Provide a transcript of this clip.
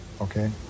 okay